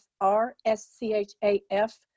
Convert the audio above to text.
R-S-C-H-A-F